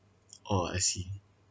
oh I see